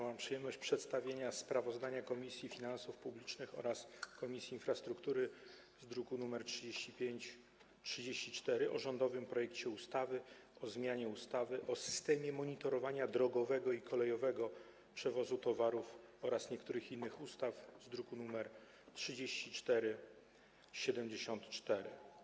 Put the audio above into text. Mam przyjemność przedstawienia sprawozdania Komisji Finansów Publicznych oraz Komisji Infrastruktury z druku nr 3534 o rządowym projekcie ustawy o zmianie ustawy o systemie monitorowania drogowego i kolejowego przewozu towarów oraz niektórych innych ustaw, druk nr 3474.